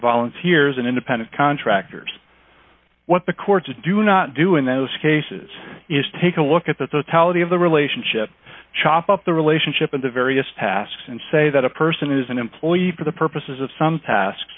volunteers and independent contractors what the courts do not do in those cases is take a look at the totality of the relationship chop up the relationship into various tasks and say that a person is an employee for the purposes of some tasks